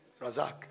razak